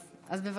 אז בבקשה,